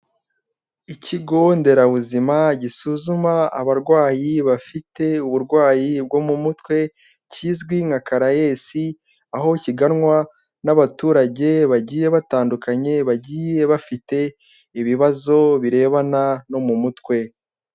Ikigo nderabuzima gisuzuma abarwayi bafite uburwayi bwo mu mutwe kizwi nka karayesi, aho kiganwa n'abaturage bagiye batandukanye, bagiye bafite ibibazo birebana no mu mutwe.